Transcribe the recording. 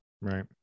Right